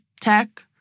tech